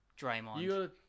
Draymond